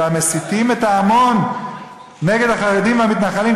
אלא מסיתים את ההמון נגד החרדים והמתנחלים,